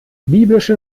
biblische